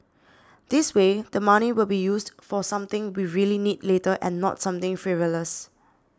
this way the money will be used for something we really need later and not something frivolous